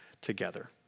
together